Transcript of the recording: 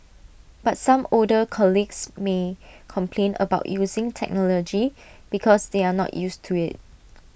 but some older colleagues may complain about using technology because they are not used to IT